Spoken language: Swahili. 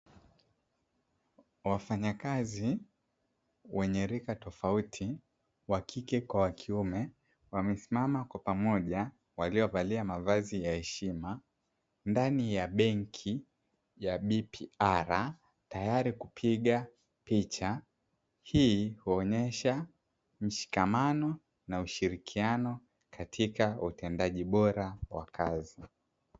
Wafanyakazi wenye rika tofauti wakike kwa wakiume wamesimama kwa pamoja waliovalia mavazi ya heshima ndani ya benki (BPR) tayali kupiga picha hii uonesha mshikamano na ushirikiano katika utendaji bora wa kazi.